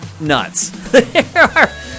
nuts